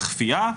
בכפייה.